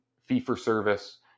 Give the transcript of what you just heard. fee-for-service